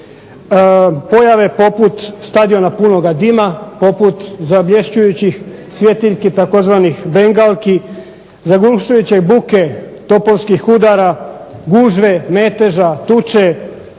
pojave poput stadiona punoga dima, poput zablješćujućih svjetiljki tzv. bengalki, zaglušujuće buke topovskih udara, gužve, meteža, tuče